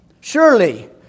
Surely